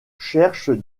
cherche